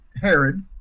Herod